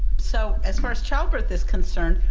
so as far as childbirth is concerned,